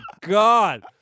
God